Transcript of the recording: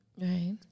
Right